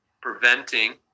preventing